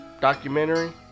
documentary